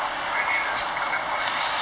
oh I see cannot remember anything